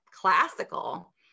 classical